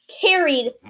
Carried